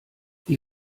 die